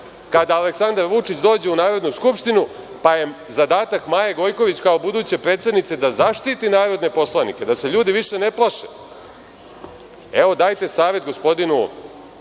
kada Aleksandar Vučić dođe u Narodnu skupštinu, pa je zadatak Maje Gojković, kao buduće predsednice da zaštiti narodne poslanike, da se ljudi više ne plaše. Evo, dajte savet gospodinu